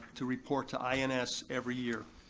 to report to ins every year.